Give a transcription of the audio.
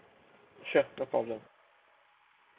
sure no problem